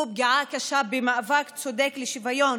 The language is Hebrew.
הוא פגיעה קשה במאבק צודק לשוויון,